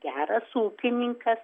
geras ūkininkas